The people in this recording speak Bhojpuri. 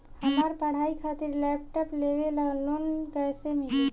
हमार पढ़ाई खातिर लैपटाप लेवे ला लोन कैसे मिली?